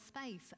space